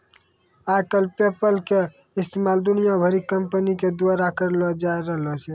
आइ काल्हि पेपल के इस्तेमाल दुनिया भरि के कंपनी के द्वारा करलो जाय रहलो छै